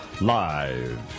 Live